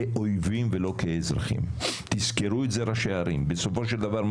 פיתוח הוא פיתוח לתושבים כאזרחים שווים,